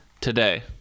today